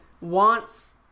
wants